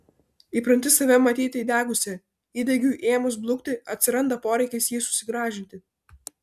įpranti save matyti įdegusia įdegiui ėmus blukti atsiranda poreikis jį susigrąžinti